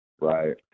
right